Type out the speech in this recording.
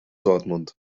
dortmund